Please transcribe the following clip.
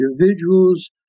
individuals